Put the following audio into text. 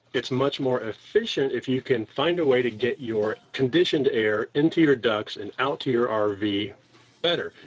it's much more efficient if you can find a way to get your conditioned air into your ducts and out to your um rv better,